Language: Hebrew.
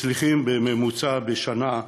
בממוצע, בשנה,